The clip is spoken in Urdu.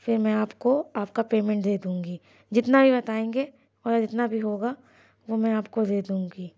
پھر میں آپ کو آپ کا پیمنٹ دے دوں گی جتنا بھی بتائیں گے اور جتنا بھی ہوگا وہ میں آپ کو دے دوں گی